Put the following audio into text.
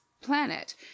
planet